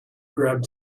grabbed